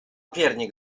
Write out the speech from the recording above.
piernik